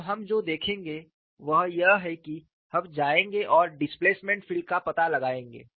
अब हम जो देखेंगे वह यह है कि हम जाएंगे और डिस्प्लेसमेंट फील्ड का पता लगाएंगे